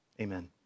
Amen